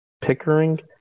Pickering